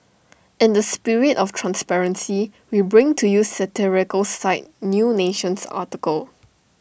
in the spirit of transparency we bring to you satirical site new nation's article